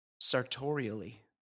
sartorially